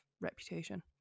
reputation